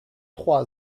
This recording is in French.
trois